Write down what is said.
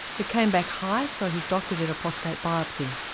it came back high so his doctor did a prostate biopsy.